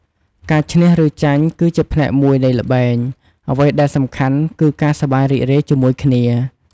ការឈ្នះ ឬចាញ់គឺជាផ្នែកមួយនៃល្បែង អ្វីដែលសំខាន់គឺការសប្បាយរីករាយជាមួយគ្នា។